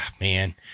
man